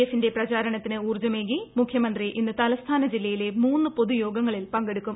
എഫിന്റെ പ്രചാരണത്തിന് ഊർജ്ജമേകി മുഖ്യമന്ത്രി ഇന്ന് തലസ്ഥാന ജില്ലയിലെ മൂന്ന് പൊതുയോഗങ്ങളിൽ പങ്കെടുക്കും